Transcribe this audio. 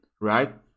right